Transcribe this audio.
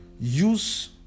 use